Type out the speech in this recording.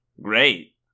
Great